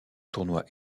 tournoi